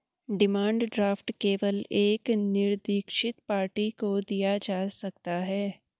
demand draft केवल एक निरदीक्षित पार्टी को दिया जा सकता है